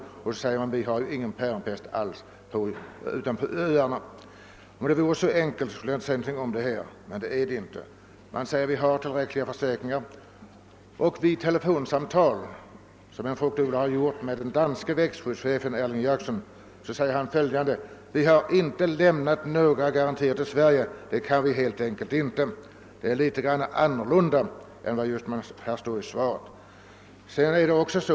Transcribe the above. | Från danskt håll invänder man: »Vi har ju ingen päronpest alls på Jylland utan bara på öarna.» Om det vore så enkelt skulle jag inte säga någonting om det, men det är det inte. Det påstås att det finns tillräckliga försäkringar, men vid ett telefonsamtal med en fruktodlare har den danske växtskyddschefen Erling Jakobsen sagt: »Vi har inte lämnat några garantier till Sverige. Det kan vi helt enkelt inte.» Det låter litet annorlunda än vad som sägs i svaret.